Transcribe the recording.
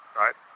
right